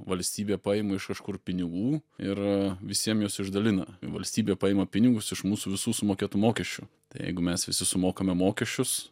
valstybė paima iš kažkur pinigų ir visiem juos išdalina valstybė paima pinigus iš mūsų visų sumokėtų mokesčių tai jeigu mes visi sumokame mokesčius